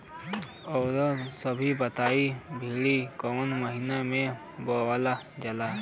रउआ सभ बताई भिंडी कवने महीना में बोवल जाला?